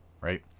Right